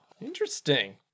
interesting